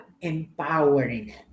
empowering